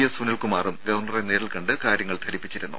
S സുനിൽകുമാറും ഗവർണറെ നേരിൽ കണ്ട് കാര്യങ്ങൾ ധരിപ്പിച്ചിരുന്നു